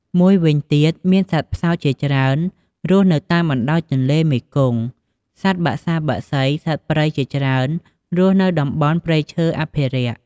មួយវិញទៀត មានសត្វផ្សោតជាច្រើនរស់នៅតាមបណ្តោយទន្លេមេគង្គ សត្វបក្សាបក្សី សត្វព្រៃ ជាច្រើនរស់នៅតំបន់ព្រៃឈើអភិរក្ស។